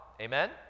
amen